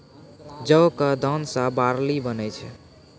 जौ कॅ दाना सॅ बार्ली बनै छै